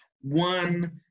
one